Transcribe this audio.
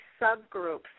subgroups